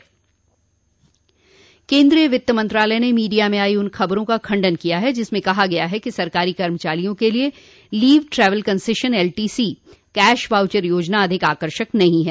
केन्द्रीय वित्त मंत्रालय ने मीडिया में आई उन खबरों का खंडन किया है जिसमें कहा गया है कि सरकारी कर्मचारियों के लिए leave travel concession L T C cash voucher योजना अधिक आकर्षक नहीं है